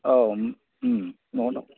औ न'आवनो